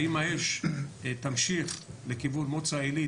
האם האש תמשיך לכיוון מוצא עלית,